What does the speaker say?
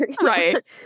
Right